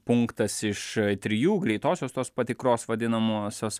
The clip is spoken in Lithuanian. punktas iš trijų greitosios tos patikros vadinamosios